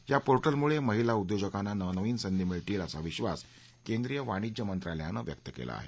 या पोर्टलमुळे महिला उद्योजकांना नवनवीन संधी मिळतील असा विश्वास केंद्रीय वाणिज्य मंत्रालयानं व्यक्त केला आहे